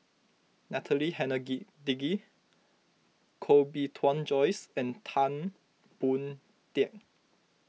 Natalie Koh Bee Tuan Joyce and Tan Boon Teik